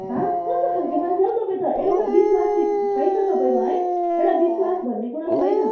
हाँ कस्तो खालको मान्छे हौ तपाईँ त एउटा विश्वासी छैन तपाईँमा है एउटा विश्वास भन्ने कुरो छैन